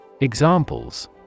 Examples